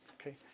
Okay